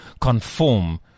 conform